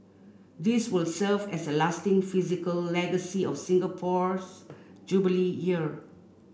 these will serve as a lasting physical legacy of Singapore's Jubilee Year